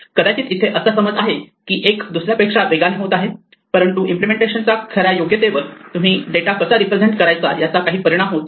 कदाचित इथे असा समज आहे की एक दुसऱ्यापेक्षा वेगाने होत आहे परंतु इम्पलेमेंटेशनचा खऱ्या योग्यतेवर तुम्ही डेटा कसा रिप्रेझेंट करायचा याचा काही परिणाम होत नाही